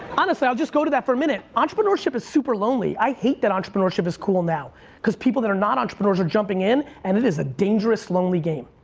honestly, i'll just go to that for a minute. entrepreneurship is super lonely, i hate that entrepreneurship is cool now cause people that are not entrepreneurs are jumping in and it is a dangerous, lonely game.